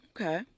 Okay